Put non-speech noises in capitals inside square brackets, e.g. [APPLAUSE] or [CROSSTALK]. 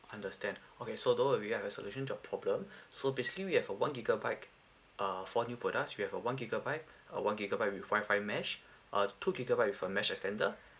understand okay so though uh we have a solution to your problem [BREATH] so basically we have a one gigabyte uh four new products we have a one gigabyte a one gigabyte with WI-FI mesh a two gigabyte with a mesh extender